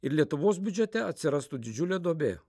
ir lietuvos biudžete atsirastų didžiulė duobė